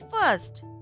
first